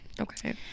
Okay